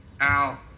Al